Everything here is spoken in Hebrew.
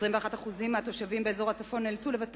21% מהתושבים באזור הצפון נאלצו לוותר